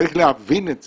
צריך להבין את זה,